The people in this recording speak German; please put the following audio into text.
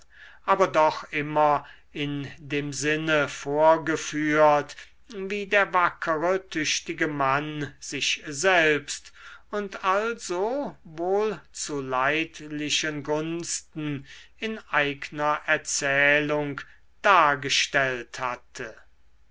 aber doch immer in dem sinne vorgeführt wie der wackere tüchtige mann sich selbst und also wohl zu leidlichen gunsten in eigner erzählung dargestellt hatte